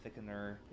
thickener